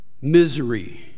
Misery